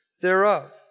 thereof